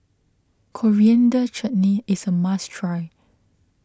Coriander Chutney is a must try